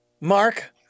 Mark